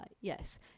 yes